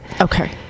Okay